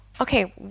okay